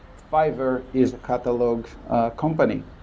fiverr is a catalog company,